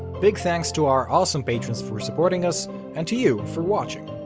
big thanks to our awesome patrons for supporting us and to you for watching.